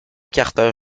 carter